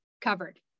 covered